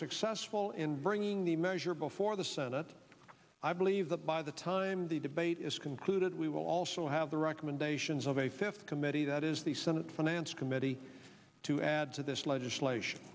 successful in bringing the measure before the senate i believe that by the time the debate is concluded we will also have the recommendations of a fifth committee that is the senate finance committee to add to this legislation